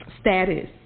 status